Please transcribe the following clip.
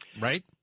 right